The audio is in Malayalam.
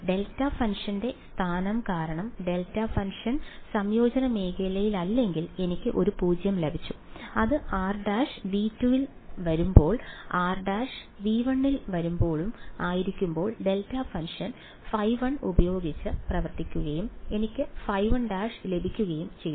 ഡെൽറ്റ ഫംഗ്ഷന്റെ സ്ഥാനം കാരണം ഡെൽറ്റ ഫംഗ്ഷൻ സംയോജന മേഖലയിലല്ലെങ്കിൽ എനിക്ക് ഒരു 0 ലഭിച്ചു അത് r′ ∈ V 2 വരുമ്പോൾ r′ ∈ V 1 ആയിരിക്കുമ്പോൾ ഡെൽറ്റ ഫംഗ്ഷൻ ϕ1 ഉപയോഗിച്ച് പ്രവർത്തിക്കുകയും എനിക്ക് ϕ1r′ ലഭിക്കുകയും ചെയ്തു